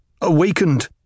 awakened